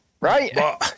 right